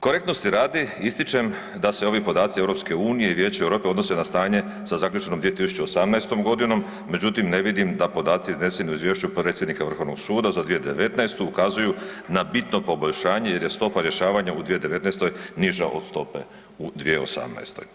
Korektnosti radi ističem da se ovi podaci EU i Vijeća Europe odnose na stanje sa zaključenom 2018. godinom, međutim ne vidim da podaci izneseni u izvješću predsjednika Vrhovnog suda za 2019. ukazuju na bitno poboljšanje jer je stopa rješavanja u 2019. niža od stope u 2018.